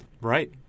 Right